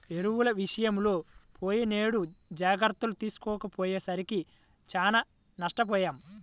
ఎరువుల విషయంలో పోయినేడు జాగర్తలు తీసుకోకపోయేసరికి చానా నష్టపొయ్యాం